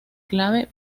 clave